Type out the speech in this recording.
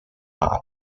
father